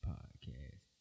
Podcast